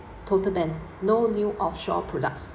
total ban no new offshore products